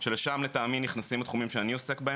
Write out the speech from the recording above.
שלשם לטעמי נכנסים התחומים שאני עוסק בהם.